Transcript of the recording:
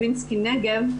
לוינסקי-נגב,